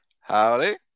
Howdy